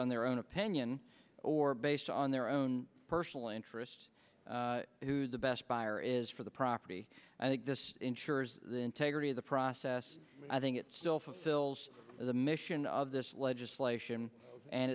on their own opinion or based on their own personal interest who's the best buyer is for the property i think this ensures the integrity of the process i think it still fulfills the mission of this legislation and